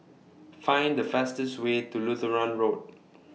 Find The fastest Way to Lutheran Road